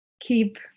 keep